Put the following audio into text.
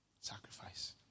Sacrifice